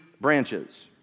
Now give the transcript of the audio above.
branches